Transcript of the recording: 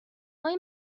های